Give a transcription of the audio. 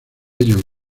ellos